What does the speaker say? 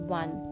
one